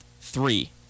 three